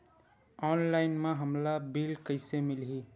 Online म हमला bill कइसे मिलही?